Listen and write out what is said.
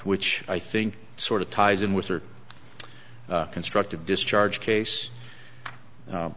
which i think sort of ties in with her constructive discharge case